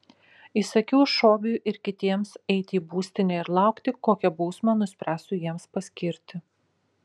įsakiau šobiui ir kitiems eiti į būstinę ir laukti kokią bausmę nuspręsiu jiems paskirti